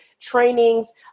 trainings